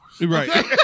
Right